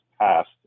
passed